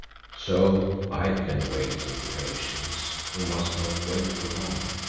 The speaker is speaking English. so i can wait in patience who must not wait for long,